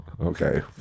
Okay